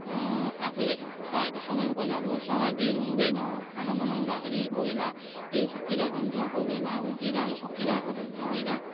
आफूले चाहेको समयमा कोही बेला अब सामग्रीहरू हुँदैन खाना बनाउँदाखेरि कोही बेला तेल सकिरहेको हुन्छ कोही बेला अब जिराहरू सकिरहेको हुन्छ होइन